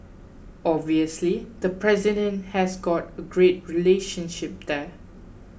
obviously the president has got a great relationship there